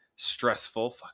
stressful